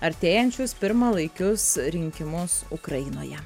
artėjančius pirmalaikius rinkimus ukrainoje